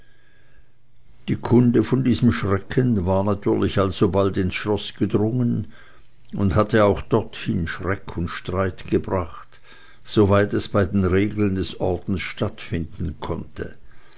die kunde von diesem schrecken war natürlich alsobald ins schloß gedrungen und hatte auch dorthin schreck und streit gebracht soweit er bei den regeln des ordens stattfinden konnte